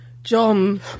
John